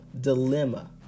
dilemma